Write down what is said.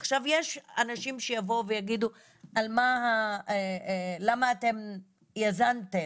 עכשיו, יש אנשים שיבואו ויגידו למה אתם יזמתם.